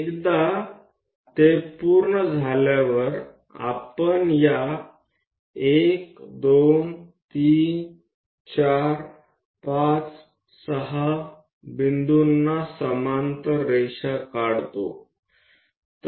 એકવાર તે થઈ જાય છે ત્યારબાદ આપણે આ બિંદુઓ 1 2 3 4 5 6 ને સમાંતર લીટીઓ દોરીશું